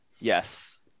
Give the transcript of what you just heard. Yes